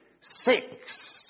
Six